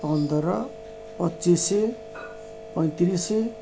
ପନ୍ଦର ପଚିଶ ପଇଁତିରିଶ